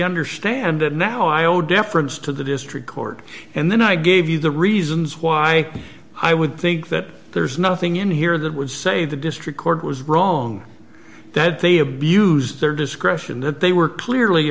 understand it now iow deference to the district court and then i gave you the reasons why i would think that there's nothing in here that would say the district court was wrong that they abused their discretion that they were clearly